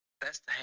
Best